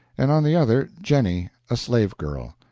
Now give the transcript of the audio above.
and on the other jennie, a slave girl.